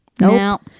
Nope